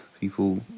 people